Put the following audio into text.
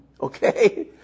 Okay